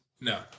No